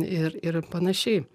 ir ir panašiai